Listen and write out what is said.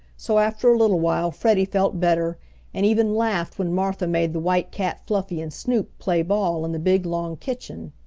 so after a little while freddie felt better and even laughed when martha made the white cat fluffy and snoop play ball in the big long kitchen.